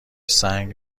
سنگ